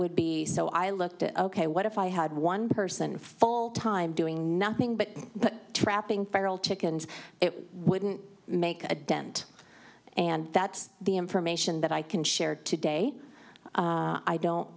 would be so i looked at ok what if i had one person full time doing nothing but trapping feral chickens it wouldn't make a dent and that's the information that i can share today i don't